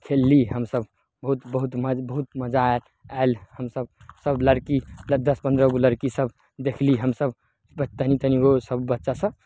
खेलली हमसभ बहुत बहुत म बहुत मजा आइ आयल हमसभ सभ लड़की दस पन्द्रह गो लड़की सभ देखली हमसभ ब तनि तनि गो सभ बच्चा सभ